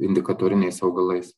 indikatoriniais augalais